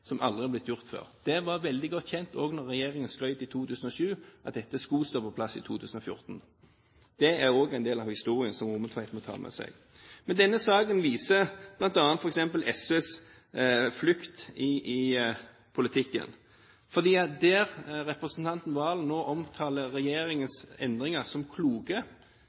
som aldri er blitt gjort før. Det var veldig godt kjent også da regjeringen skrøt i 2007, at dette skulle være på plass i 2014. Det er også en del av historien som Rommetveit må ta med seg. Denne saken viser bl.a. f.eks. SVs flukt i politikken. Der representanten Serigstad Valen nå omtaler regjeringens endringer som kloke,